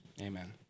Amen